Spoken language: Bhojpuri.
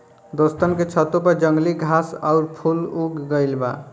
दोस्तन के छतों पर जंगली घास आउर फूल उग गइल बा